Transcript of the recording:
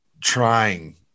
trying